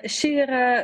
ši yra